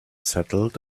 settled